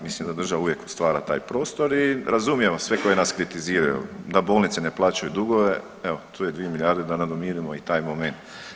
Mislim da država uvijek stvara taj prostor i razumijemo sve koji nas kritiziraju da bolnice ne plaćaju dugove, evo tu je dvije milijarde da nadomirimo i taj moment.